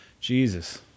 Jesus